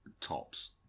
tops